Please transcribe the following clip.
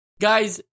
Guys